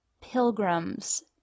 pilgrims